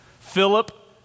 Philip